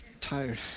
Tired